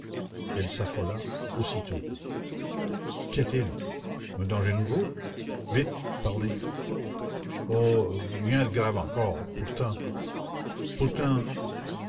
elle s'affola aussitôt qu'y a-t-il un danger nouveau vite parlez oh rien de grave encore pourtant pourtant